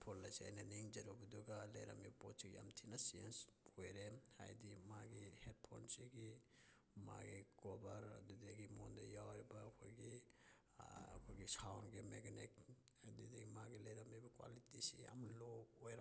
headphone ꯑꯁꯦ ꯑꯩꯅ ꯅꯤꯡꯖꯔꯨꯕꯗꯨꯒ ꯂꯩꯔꯝꯃꯤꯕ ꯄꯣꯠꯁꯤꯒ ꯌꯥꯝ ꯊꯤꯅ ꯆꯦꯟꯖ ꯑꯣꯏꯔꯦ ꯍꯥꯏꯗꯤ ꯃꯥꯒꯤ ꯍꯦꯠꯐꯣꯟꯁꯤꯒꯤ ꯃꯥꯒꯤ ꯀꯣꯕꯔ ꯑꯗꯨꯗꯒꯤ ꯃꯉꯣꯟꯗ ꯌꯥꯎꯔꯤꯕ ꯑꯩꯈꯣꯏꯒꯤ ꯑꯩꯈꯣꯏꯒꯤ ꯁꯥꯎꯟꯒꯤ ꯃꯦꯒꯅꯦꯠ ꯑꯗꯩꯗꯤ ꯃꯥꯒꯤ ꯂꯩꯔꯝꯃꯤꯕ ꯀ꯭ꯋꯥꯂꯤꯇꯤꯁꯤ ꯌꯥꯝ ꯂꯣ ꯑꯣꯏꯔꯝꯃꯦ